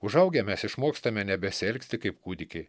užaugę mes išmokstame nebesielgti kaip kūdikiai